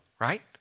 right